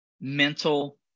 mental